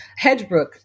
Hedgebrook